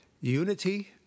unity